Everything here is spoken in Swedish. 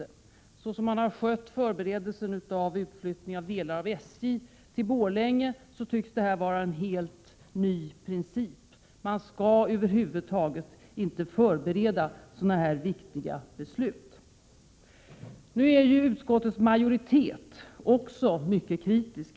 Med tanke på hur man har skött förberedelsen för utflyttning av delar av SJ till Borlänge verkar det vara fråga om en helt ny princip. Man skall över huvud taget inte förbereda sådana här viktiga beslut. Nu är ju också utskottets majoritet mycket kritisk.